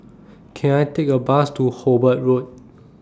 Can I Take A Bus to Hobart Road